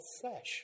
flesh